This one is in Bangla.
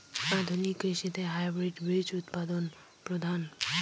আধুনিক কৃষিতে হাইব্রিড বীজ উৎপাদন প্রধান